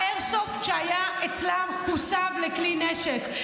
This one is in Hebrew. האיירסופט שהיה אצלם הוסב לכלי נשק.